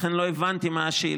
לכן לא הבנתי מה השאלה,